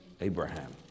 Abraham